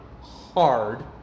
hard